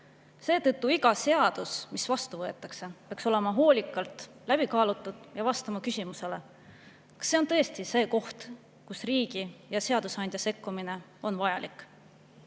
Seetõttu peaks iga seadus, mis vastu võetakse, olema hoolikalt läbi kaalutud ja vastama küsimusele, kas see on tõesti see koht, kus riigi ja seadusandja sekkumine on vajalik. Kahjuks